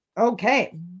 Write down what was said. Okay